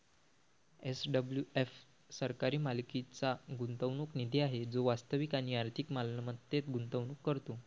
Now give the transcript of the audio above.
SWF सरकारी मालकीचा गुंतवणूक निधी आहे जो वास्तविक आणि आर्थिक मालमत्तेत गुंतवणूक करतो